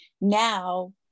now